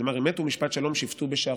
שנאמר אמת ומשפט שלום שפטו בשעריכם".